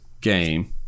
game